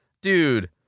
Dude